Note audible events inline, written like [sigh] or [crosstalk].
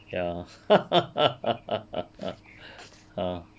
ya [laughs] ya